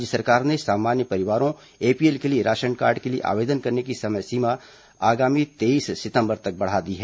राज्य सरकार ने सामान्य परिवारों एपीएल के लिए राशन कार्ड के लिए आवेदन करने की समय सीमा आगामी तेईस सितंबर तक बढ़ा दी है